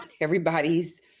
everybody's